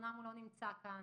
שאמנם לא נמצא כאן,